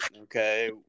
okay